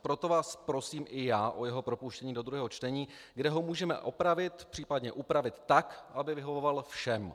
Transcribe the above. Proto vás prosím i já o jeho propuštění do druhého čtení, kde ho můžeme opravit, případně upravit tak, aby vyhovovalo všem.